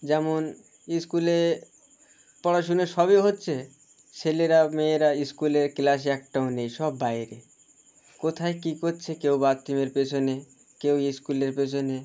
যেমন স্কুলে পড়াশুনো সবই হচ্ছে ছেলেরা মেয়েরা স্কুলের ক্লাসে একটাও নেই সব বাইরে কোথায় কী কোচ্ছে কেউ বাথরুমের পেছনে কেউ স্কুলের পেছনে